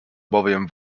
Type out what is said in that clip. bowiem